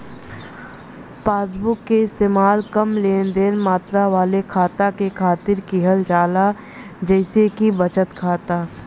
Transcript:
passbook क इस्तेमाल कम लेनदेन मात्रा वाले खाता के खातिर किहल जाला जइसे कि बचत खाता